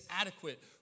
adequate